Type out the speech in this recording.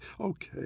Okay